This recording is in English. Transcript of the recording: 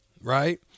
right